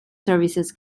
services